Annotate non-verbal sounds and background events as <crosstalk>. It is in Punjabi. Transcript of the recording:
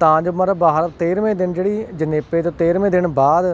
ਤਾਂ ਜੋ <unintelligible> ਬਾਹਰ ਤੇਰਵੇਂ ਦਿਨ ਜਿਹੜੀ ਜਣੇਪੇ ਤੋਂ ਤੇਰਵੇਂ ਦਿਨ ਬਾਅਦ